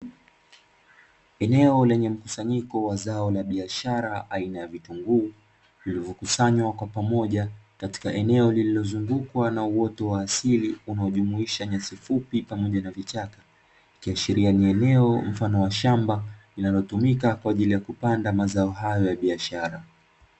Eneo lenye mkusanyiko wa zao la biashara aina ya vitunguu, vilivyokusanywa kwa pamoja katika eneo lililozungukwa na uoto wa asili, unaojumisha nyasi fupi pamoja na vichaka ikiashiria ni eneo mfano wa shamba linalotumika kupanda mazao hayo ya biashara.